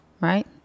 Right